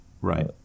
right